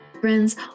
Friends